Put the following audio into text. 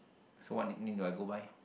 so what nickname do I go by